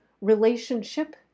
relationship